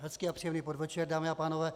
Hezký a příjemný podvečer, dámy a pánové.